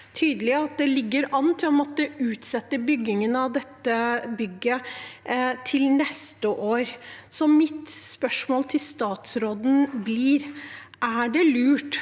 man ligger an til å måtte utsette byggingen av det til neste år. Mitt spørsmål til statsråden blir: Er det lurt